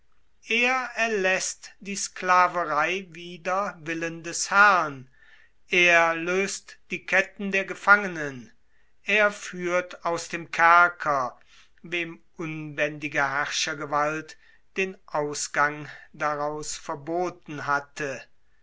er erläßt die sklaverei wider willen des herrn er löst die ketten der gefangenen er führt aus dem kerker wem unbändige herrschergewalt den ausgang daraus verboten hatte